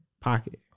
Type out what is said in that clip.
pocket